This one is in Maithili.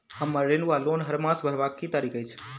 हम्मर ऋण वा लोन हरमास भरवाक की तारीख अछि?